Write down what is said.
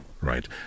Right